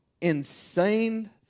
insane